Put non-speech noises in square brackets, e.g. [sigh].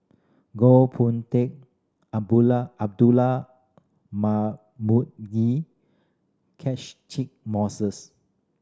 Goh Boon Teck [unintelligible] Abdullah Marmugi [unintelligible] Moses